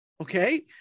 Okay